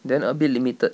then a bit limited